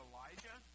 Elijah